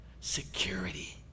security